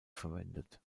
verwendet